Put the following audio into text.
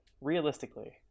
realistically